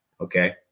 okay